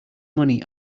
money